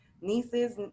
nieces